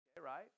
Right